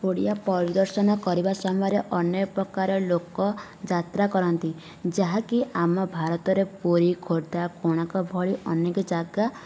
ଓଡ଼ିଆ ପରିଦର୍ଶନ କରିବା ସମୟରେ ଅନ୍ୟ ପ୍ରକାର ଲୋକ ଯାତ୍ରା କରନ୍ତି ଯାହାକି ଆମ ଭାରତରେ ପୁରୀ ଖୋର୍ଦ୍ଧା କୋଣାର୍କ ଭଳି ଅନେକ ଯାଗା ଅଛି